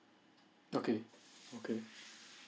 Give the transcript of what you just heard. okay okay